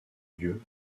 lieu